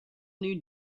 new